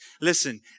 Listen